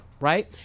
right